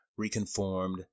reconformed